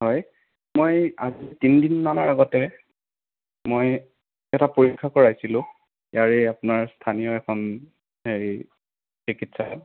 হয় মই আজি তিনি দিন মানৰ আগতে মই এটা পৰীক্ষা কৰাইছিলোঁ ইয়াৰে আপোনাৰ স্থানীয় এখন হেৰি চিকিৎসালয়ত